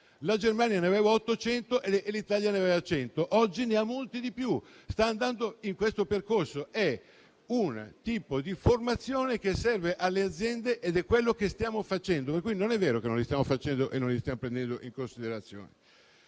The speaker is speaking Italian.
la Germania ne aveva 800 e l'Italia ne aveva 100; oggi ne ha molti di più, sta procedendo in questo percorso. È un tipo di formazione che serve alle aziende ed è quello che stiamo facendo. Ripeto quindi che non è vero che non li stiamo facendo e non li stiamo prendendo in considerazione.